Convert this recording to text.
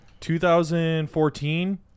2014